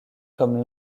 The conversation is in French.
comme